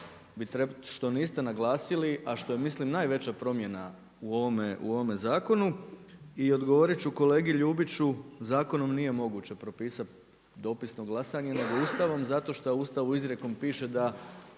što niste naglasili a što je mislim najveća promjena u ovome zakonu. I odgovorit ću kolegi Ljubići zakonom nije moguće propisati dopisno glasanje, nego Ustavnom zato što u Ustavu izrijekom piše da